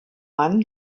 mann